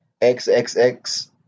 XXX